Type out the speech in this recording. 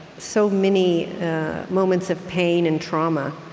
so many moments of pain and trauma